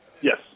Yes